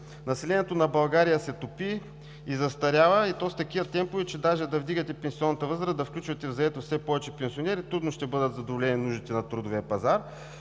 Населението на България се топи и застарява, и то с такива темпове, че даже да вдигате пенсионната възраст, да включвате в заетост все повече пенсионери, трудно ще бъдат задоволени нуждите на трудовия пазар.